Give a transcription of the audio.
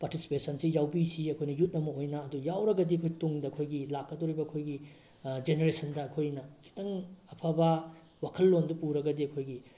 ꯄꯥꯔꯇꯤꯁꯤꯄꯦꯠꯁꯟꯁꯤ ꯌꯥꯎꯕꯤꯁꯤ ꯑꯩꯈꯣꯏꯅ ꯌꯨꯠ ꯑꯃ ꯑꯣꯏꯅ ꯑꯗꯨ ꯌꯥꯎꯔꯒꯗꯤ ꯑꯩꯈꯣꯏ ꯇꯨꯡꯗ ꯑꯩꯈꯣꯏꯒꯤ ꯂꯥꯛꯀꯗꯣꯔꯤꯕ ꯑꯩꯈꯣꯏꯒꯤ ꯖꯦꯅꯦꯔꯦꯁꯟꯗ ꯑꯩꯈꯣꯏꯅ ꯈꯤꯇꯪ ꯑꯐꯕ ꯋꯥꯈꯜꯂꯣꯟꯗꯣ ꯄꯨꯔꯒꯗꯤ ꯑꯩꯈꯣꯏꯒꯤ